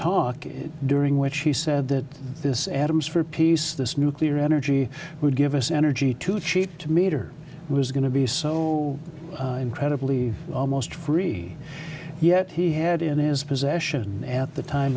talk during which he said that this adams for peace this nuclear energy would give us energy too cheap to meter was going to be so incredibly almost free yet he had in his possession at the time